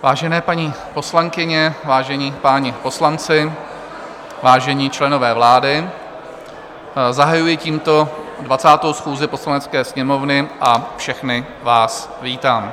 Vážené paní poslankyně, vážení páni poslanci, vážení členové vlády, zahajuji tímto 20. schůzi Poslanecké sněmovny a všechny vás vítám.